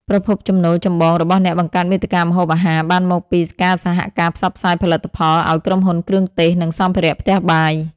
ប្រភពចំណូលចម្បងរបស់អ្នកបង្កើតមាតិកាម្ហូបអាហារបានមកពីការសហការផ្សព្វផ្សាយផលិតផល ឱ្យក្រុមហ៊ុនគ្រឿងទេស និងសម្ភារៈផ្ទះបាយ។